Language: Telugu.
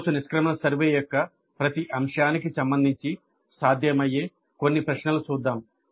కోర్సు నిష్క్రమణ సర్వే యొక్క ప్రతి అంశానికి సంబంధించి సాధ్యమయ్యే కొన్ని ప్రశ్నలు చూద్దాం